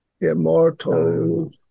immortal